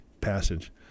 passage